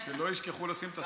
שלא ישכחו לשים את הסטופ.